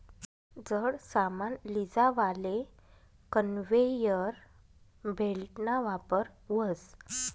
जड सामान लीजावाले कन्वेयर बेल्टना वापर व्हस